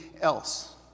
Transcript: else